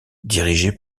dirigé